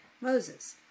Moses